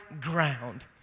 ground